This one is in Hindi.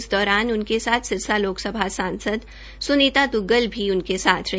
इस दौरान उनके साथ सिरसा लोकसभा सांसद सुनीता दुग्गल भी उनके साथ रहे